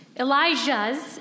Elijah's